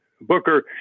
Booker